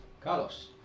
Carlos